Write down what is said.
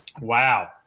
Wow